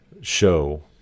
show